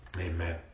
Amen